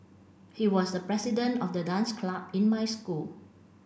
he was the president of the dance club in my school